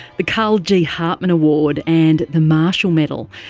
the carl g hartman award and the marshall medal.